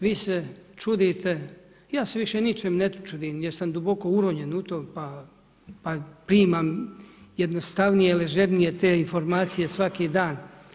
Vi se čudite, ja se više ničem ne čudim jer sam duboko uronjen u to pa primam jednostavnije, ležernije te informacije svaki dan.